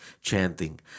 Chanting